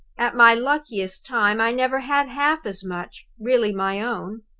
at my luckiest time, i never had half as much, really my own.